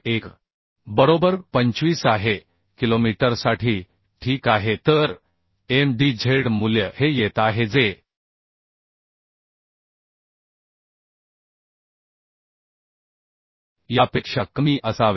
1 बरोबर 25 आहे किलोमीटरसाठी ठीक आहे तर Mdzमूल्य हे येत आहे जे यापेक्षा कमी असावे